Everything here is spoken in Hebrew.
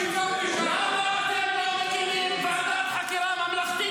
למה אתם לא מקימים ועדת חקירה ממלכתית